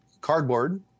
cardboard